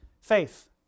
Faith